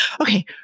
okay